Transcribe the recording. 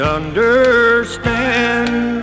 understand